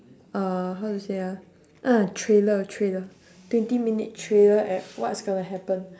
uh how to say ah ah trailer trailer twenty minute trailer at what is gonna happen